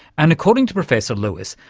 and according to professor lewis,